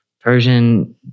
Persian